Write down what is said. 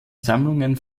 sammlungen